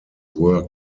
were